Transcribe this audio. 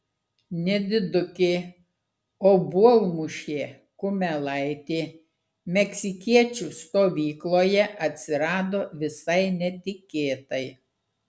nedidukė obuolmušė kumelaitė meksikiečių stovykloje atsirado visai netikėtai